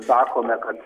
sakome kad